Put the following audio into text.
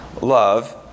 love